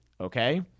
Okay